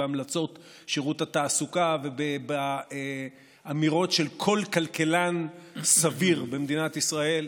בהמלצות שירות התעסוקה ובאמירות של כל כלכלן סביר במדינת ישראל,